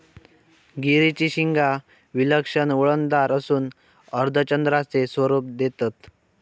गिरीची शिंगा विलक्षण वळणदार असून अर्धचंद्राचे स्वरूप देतत